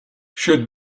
should